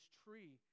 tree